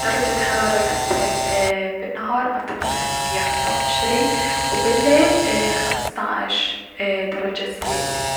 درجة الحرارة الأمثل بالنهار اعتقد هي خمسة و عشرين و بالليل اي- خمستعش دلرجة سليليز.